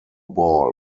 ball